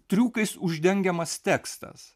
triukais uždengiamas tekstas